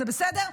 זה בסדר.